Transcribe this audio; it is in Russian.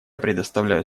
предоставляю